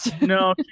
No